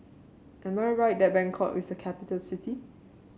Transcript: am I right that Bangkok is a capital city